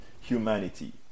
humanity